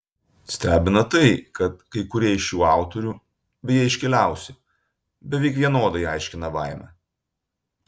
stebina tai kad kai kurie iš šių autorių beje iškiliausi beveik vienodai aiškina baimę